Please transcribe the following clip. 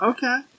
Okay